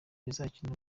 izakina